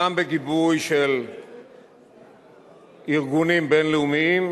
גם בגיבוי של ארגונים בין-לאומיים